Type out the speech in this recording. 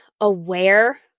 aware